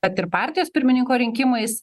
bet ir partijos pirmininko rinkimais